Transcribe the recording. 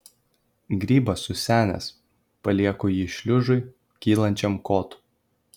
grybas susenęs palieku jį šliužui kylančiam kotu